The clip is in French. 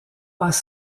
pas